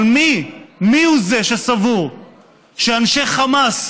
אבל מי, מי הוא זה שסבור שאנשי חמאס